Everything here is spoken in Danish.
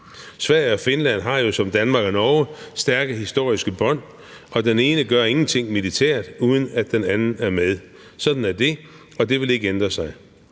Sverige og Finland har jo som Danmark og Norge stærke historiske bånd, og den ene gør ingenting militært, uden at den anden er med. Sådan er det, og det vil ikke ændre sig.